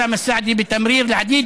אני וחברי אוסאמה סעדי הצלחנו להעביר